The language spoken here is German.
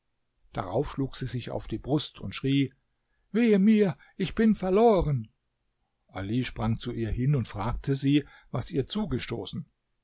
darauf schlug sie sich auf die brust und schrie wehe mir ich bin verloren ali sprang zu ihr hin und fragte sie was ihr zugestoßen